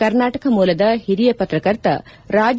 ಕರ್ನಾಟಕ ಮೂಲದ ಹಿರಿಯ ಪತ್ರಕರ್ತ ರಾಜ್